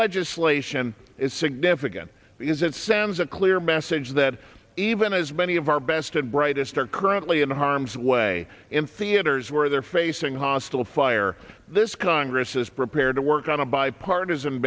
legislation is significant because it sends a clear message that even as many of our best and brightest are currently in harm's way in theaters where they're facing hostile fire this congress is prepared to work on a bipartisan